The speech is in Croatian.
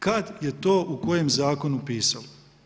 Kad je to u kojem zakonu pisalo?